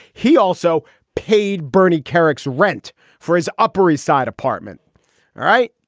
he also paid bernie kerik's rent for his upper east side apartment right.